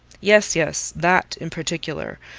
yes, yes, that in particular.